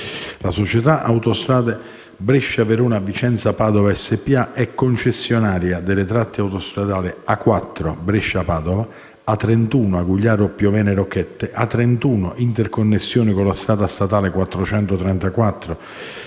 la Società autostrada Brescia-Verona-Vicenza-Padova SpA è concessionaria delle tratte autostradali A4 Brescia-Padova, A31 Agugliaro-Piovene Rocchette e A31 Interconnessione con la strada statale